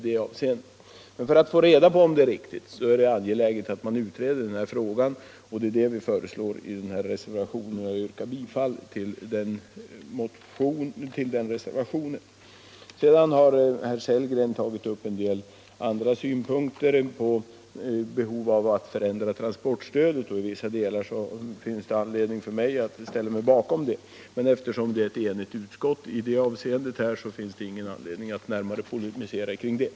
Men för att man skall få reda på om det är riktigt är det angeläget att man utreder frågan, och det är det vi föreslår i reservationen 1, till vilken jag yrkar bifall. Sedan har herr Sellgren anfört en del andra synpunkter på behovet av att förändra transportstödet, och i vissa delar finns det anledning för mig att ställa mig bakom dessa synpunkter. Men eftersom utskottet är enigt finns det ingen anledning till polemik härvidlag.